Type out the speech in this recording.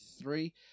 three